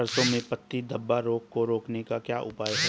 सरसों में पत्ती धब्बा रोग को रोकने का क्या उपाय है?